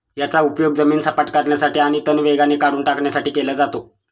याचा उपयोग जमीन सपाट करण्यासाठी आणि तण वेगाने काढून टाकण्यासाठी केला जातो